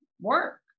work